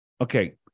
Okay